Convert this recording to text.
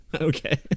Okay